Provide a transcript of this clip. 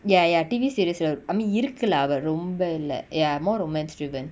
ya ya T_V series lah I mean இருக்கு:iruku lah but ரொம்ப இல்ல:romba illa ya more romance riven